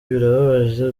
birababaje